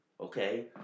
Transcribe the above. okay